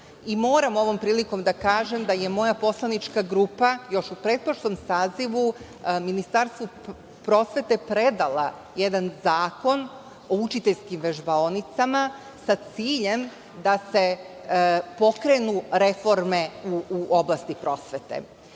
Moram ovom prilikom da kažem da je moja poslanička grupa, još u pretprošlom sazivu, Ministarstvu prosvete predala jedan zakon o učiteljskim vežbaonicama sa ciljem da se pokrenu reforme u oblasti prosvete. Suština